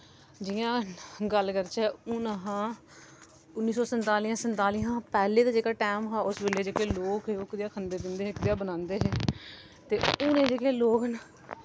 जियां गल्ल करचै हून हा उन्नी सौ संताली संताली हा पैह्लें दा जेह्का टाईम हा उस बेल्लै दे जेह्के लोक हे ओह् कदेआ खंदे पींदे हे कदेआ बनांदे हे ते हूने जेह्के लोक न